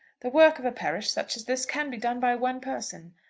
the work of a parish such as this can be done by one person.